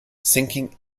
sinking